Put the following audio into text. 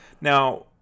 Now